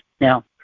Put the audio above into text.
Now